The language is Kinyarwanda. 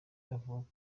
avuga